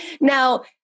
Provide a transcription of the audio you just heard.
Now